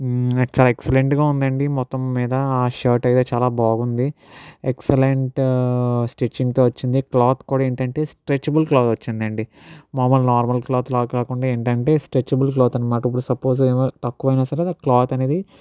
చాలా ఎక్సలెంట్గా ఉందండి మొత్తం మీద ఆ షర్ట్ అయితే చాలా బాగుంది ఎక్సలెంట్ స్టిచ్చింగ్తో వచ్చింది క్లాత్ కూడా ఏంటంటే స్ట్రెచ్చబుల్ క్లాత్ వచ్చిందండి మామూలు నార్మల్ క్లాత్లా కాకుండా ఏంటంటే స్ట్రెచ్చబుల్ క్లాత్ మాకిప్పుడు సపోజ్ తక్కువైనా సరే ఆ క్లాత్ అనేది